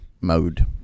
mode